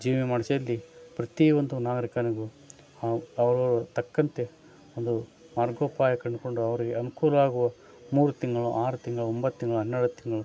ಜೀವ ವಿಮೆ ಮಾಡಿಸಿದಲ್ಲಿ ಪ್ರತಿಯೊಂದು ನಾಗರಿಕನಿಗೂ ಅವರವರ ತಕ್ಕಂತೆ ಒಂದು ಮಾರ್ಗೋಪಾಯ ಕಂಡುಕೊಂಡು ಅವರಿಗೆ ಅನುಕೂಲ ಆಗುವ ಮೂರು ತಿಂಗಳು ಆರು ತಿಂಗಳು ಒಂಬತ್ತು ತಿಂಗಳು ಹನ್ನೆರಡು ತಿಂಗಳು